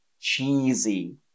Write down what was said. cheesy